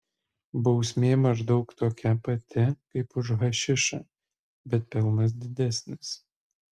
bausmė maždaug tokia pati kaip už hašišą bet pelnas didesnis